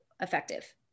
effective